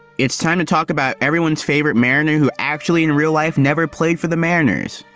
it's time to talk about everyone's favorite mariner who actually in real life never played for the mariners.